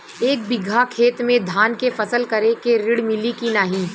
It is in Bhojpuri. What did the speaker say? एक बिघा खेत मे धान के फसल करे के ऋण मिली की नाही?